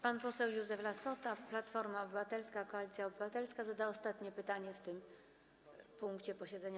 Pan poseł Józef Lassota, Platforma Obywatelska - Koalicja Obywatelska, zada ostatnie pytanie w tym punkcie posiedzenia.